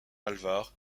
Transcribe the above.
alvar